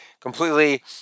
completely